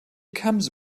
comes